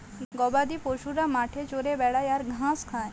গবাদি পশুরা মাঠে চরে বেড়ায় আর ঘাঁস খায়